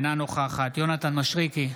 אינה נוכחת יונתן מישרקי,